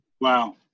Wow